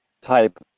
type